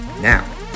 Now